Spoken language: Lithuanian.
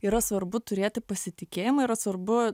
yra svarbu turėti pasitikėjimą yra svarbu